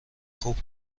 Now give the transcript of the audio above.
خوب